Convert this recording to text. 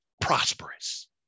prosperous